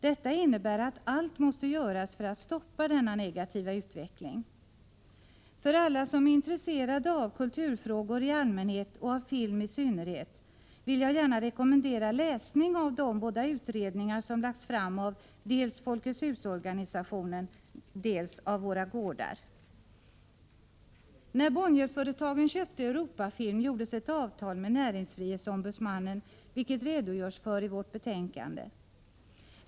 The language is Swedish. Detta innebär att allt måste göras för att stoppa denna negativa utveckling. För alla som är intresserade av kulturfrågor i allmänhet och av film i synnerhet vill jag gärna rekommendera läsning av de båda utredningar som lagts fram av dels När Bonnierföretagen köpte Europa Film gjordes ett avtal med näringsfrihetsombudsmannen, för vilket det redogörs i vårt betänkande.